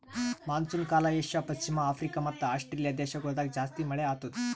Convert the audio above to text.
monsoon ಕಾಲ Asia, ಪಶ್ಚಿಮ Africa ಮತ್ತ ಆಸ್ಟ್ರೇಲಿಯಾ ದೇಶಗೊಳ್ದಾಗ್ ಜಾಸ್ತಿ ಮಳೆ ಆತ್ತುದ್